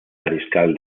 mariscal